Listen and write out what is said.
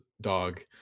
dog